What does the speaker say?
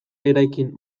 eraikin